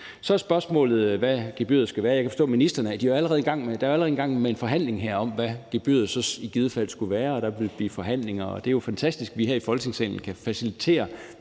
Så er spørgsmålet, hvad gebyret skal være. Jeg kunne forstå på ministeren, at der allerede er gang i en forhandling her om, hvad gebyret så i givet fald skulle være. Og det er jo fantastisk, at vi her i Folketinget kan facilitere